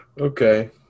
Okay